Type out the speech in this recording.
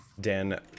Dan